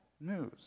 news